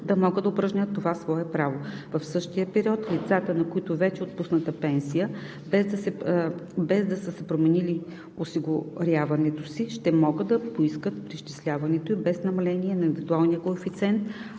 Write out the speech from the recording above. да могат да упражнят това свое право. В същия период, лицата, на които вече е отпусната пенсия, без да са променили осигуряването си, ще могат да поискат преизчисляването ѝ без намаление на индивидуалния коефициент,